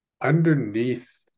underneath